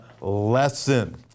lesson